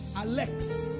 Alex